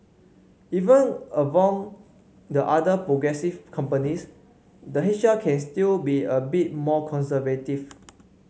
even among the another progressive companies the H R can still be a bit more conservative